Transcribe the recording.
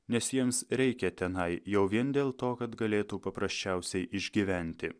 nes jiems reikia tenai jau vien dėl to kad galėtų paprasčiausiai išgyventi